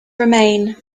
remain